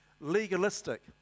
legalistic